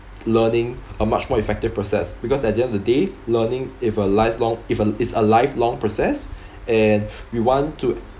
learning a much more effective process because at the end of the day learning if a lifelong if a it's a lifelong process and we want to